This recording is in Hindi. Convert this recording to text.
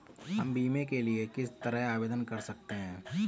हम बीमे के लिए किस तरह आवेदन कर सकते हैं?